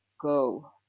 go